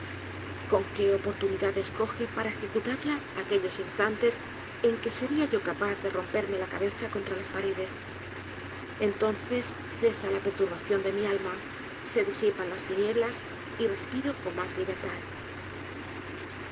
con qué oportunidad escoje para ejecutarla aquellos instantes en que seria yo capaz de romperme la cabeza contra las paredes entonces cesa la perturbación de mi alma se disipan las tinieblas y respiro con mas libertad